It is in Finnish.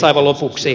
aivan lopuksi